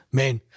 main